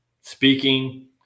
speaking